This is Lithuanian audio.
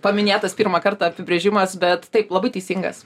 paminėtas pirmą kartą apibrėžimas bet taip labai teisingas